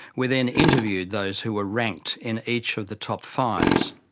we then interviewed those who were ranked in each of the top fives.